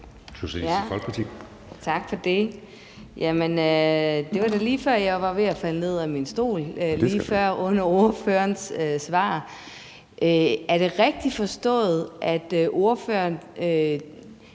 Tak for det. Det var da lige før, at jeg var ved at falde ned af min stol under ordførerens svar. Er det rigtigt forstået, at ordføreren